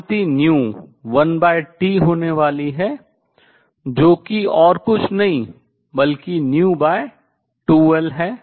आवृत्ति 1T होने वाली है जो कि और कुछ नहीं बल्कि v2L है